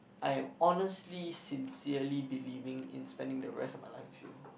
I am honestly sincerely believing in spending the rest of my life with you